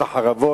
את החרבות,